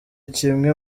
kimwe